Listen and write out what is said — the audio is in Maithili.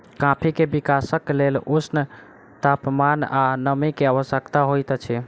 कॉफ़ी के विकासक लेल ऊष्ण तापमान आ नमी के आवश्यकता होइत अछि